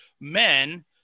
men